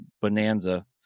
bonanza